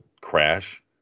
crash